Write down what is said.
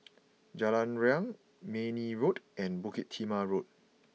Jalan Riang Mayne Road and Bukit Timah Road